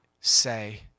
say